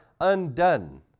undone